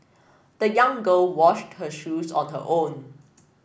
the young girl washed her shoes on her own